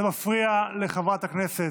זה מפריע לחברת הכנסת,